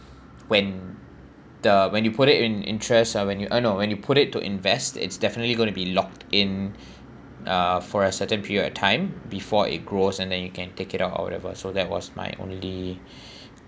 when the when you put it in interest or when you earn or when you put it to invest it's definitely going to be locked in uh for a certain period of time before it grows and then you can take it out or whatever so that was my only